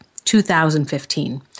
2015